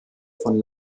von